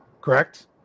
Correct